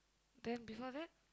then before that